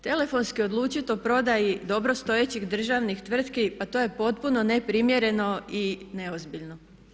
Telefonski odlučiti o prodaji dobrostojećih državnih tvrtki pa to je potpuno ne primjereno i neozbiljno.